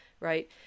right